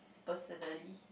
personally